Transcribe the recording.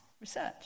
research